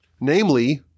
namely